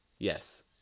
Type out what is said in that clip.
Yes